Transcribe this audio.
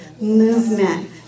movement